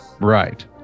Right